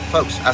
Folks